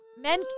men